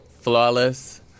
flawless